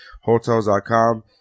Hotels.com